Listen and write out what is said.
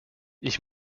ich